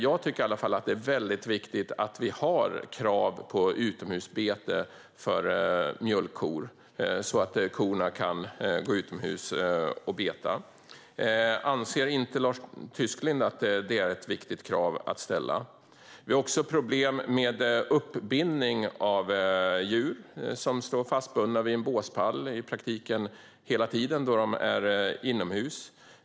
Jag tycker i alla fall att det är väldigt viktigt att vi har krav på utomhusbete för mjölkkor så att korna kan gå utomhus och beta. Anser inte Lars Tysklind att detta är ett viktigt krav att ställa? Vi har också problem med uppbindning av djur. De står i praktiken fastbundna vid en båspall hela tiden då de är inomhus.